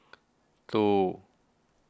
two